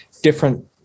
different